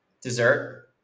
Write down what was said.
dessert